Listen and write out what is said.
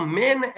men